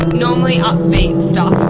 normally upbeat stuff